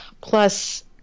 Plus